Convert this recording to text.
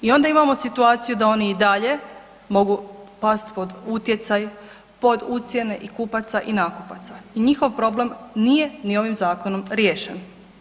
I onda imamo situaciju da oni i dalje mogu past pod utjecaj, pod ucjene i kupaca i nakupaca i njihov problem nije ni ovim zakonom riješen.